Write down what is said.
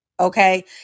okay